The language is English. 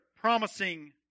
promising